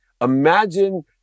imagine